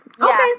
Okay